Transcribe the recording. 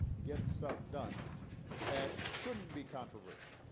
getting stuff done that shouldn't be controversial.